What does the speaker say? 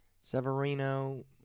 Severino